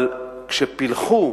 אבל כשפילחו